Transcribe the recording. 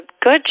good